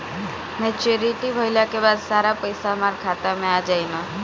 Maturity भईला के बाद सारा पईसा हमार खाता मे आ जाई न?